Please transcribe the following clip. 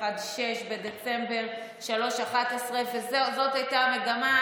עד 3.16, בדצמבר, 3.11. זאת הייתה המגמה.